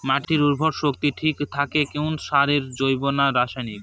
মাটির উর্বর শক্তি ঠিক থাকে কোন সারে জৈব না রাসায়নিক?